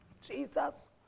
Jesus